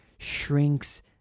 shrinks